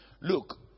Look